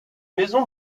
maison